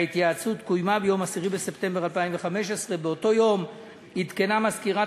וההתייעצות קוימה ביום 10 בספטמבר 2015. באותו יום עדכנה מזכירת